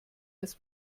als